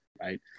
right